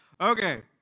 Okay